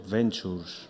ventures